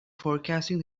forecasting